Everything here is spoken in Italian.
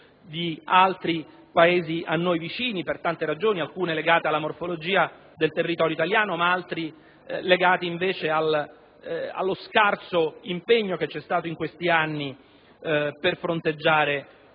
di altri Paesi a noi vicini, alcune legate alla morfologia del territorio italiano ed altre legate inveceallo scarso impegno che vi è stato in questi anni per fronteggiare